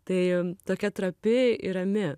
tai tokia trapi ir rami